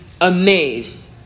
amazed